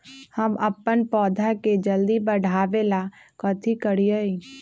हम अपन पौधा के जल्दी बाढ़आवेला कथि करिए?